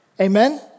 Amen